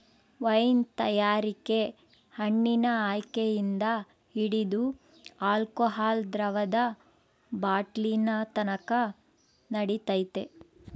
wine ತಯಾರಿಕೆ ಹಣ್ಣಿನ ಆಯ್ಕೆಯಿಂದ ಹಿಡಿದು ಆಲ್ಕೋಹಾಲ್ ದ್ರವದ ಬಾಟ್ಲಿನತಕನ ನಡಿತೈತೆ